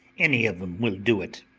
any of em will do it.